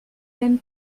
même